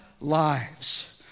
lives